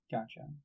Gotcha